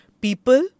people